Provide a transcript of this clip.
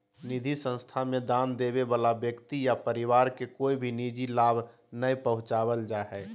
निधि संस्था मे दान देबे वला व्यक्ति या परिवार के कोय भी निजी लाभ नय पहुँचावल जा हय